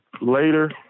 later